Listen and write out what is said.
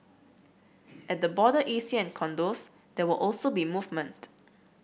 at the border E C and condos there will also be movement